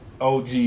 OG